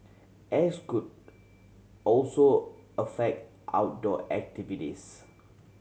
ash could also affect outdoor activities